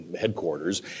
headquarters